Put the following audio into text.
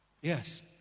Yes